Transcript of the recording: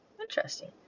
Interesting